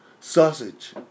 Sausage